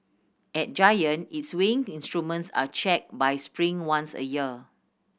at Giant its weighing instruments are checked by Spring once a year